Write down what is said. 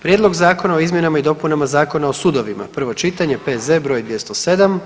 Prijedlog zakona o izmjenama i dopunama Zakona o sudovima, prvo čitanje, P.Z. br. 207.